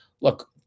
look